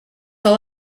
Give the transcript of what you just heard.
all